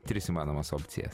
tris įmanomas opcijas